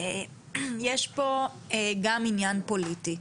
שיש פה גם עניין פוליטי,